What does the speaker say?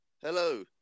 Hello